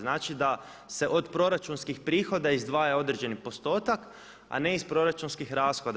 Znači da se od proračunskih prihoda izdvaja određeni postotak, a ne iz proračunskih rashoda.